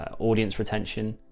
ah audience retention,